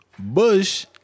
Bush